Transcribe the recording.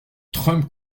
trump